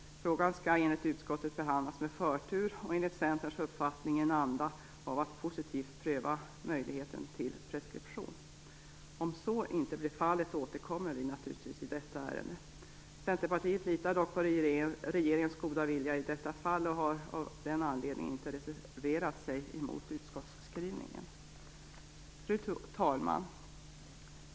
Frågan skall enligt utskottet behandlas med förtur, och enligt Centerns uppfattning i en anda av att positivt pröva möjligheten till preskription. Om så inte blir fallet återkommer vi naturligtvis i detta ärende. Centerpartiet litar dock på regeringens goda vilja i detta fall och har av den anledningen inte reserverat sig mot utskottsskrivningen. Fru talman!